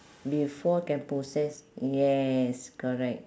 before can process yes correct